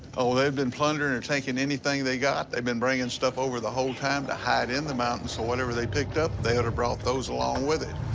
ah well, they've been plundering and taking anything they got, they've been bringing stuff over the whole time to hide in the mountains, so whatever they picked up, they would've brought those along with it.